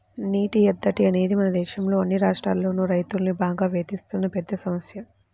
నీటి ఎద్దడి అనేది మన దేశంలో అన్ని రాష్ట్రాల్లోనూ రైతుల్ని బాగా వేధిస్తున్న పెద్ద సమస్య